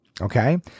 Okay